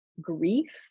grief